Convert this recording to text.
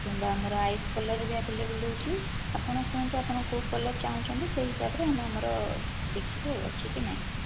କିମ୍ବା ଆମର ice colour ବି ଅଭେଲେବୁଲ ରହୁଛି ଆପଣ କୁହନ୍ତୁ ଆପଣ କେଉଁ କଲର ଚାହୁଁଛନ୍ତି ସେହି ହିସାବରେ ଆମେ ଆମର ଦେଖିବୁ ଆଉ ଅଛି କି ନାହିଁ